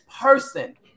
person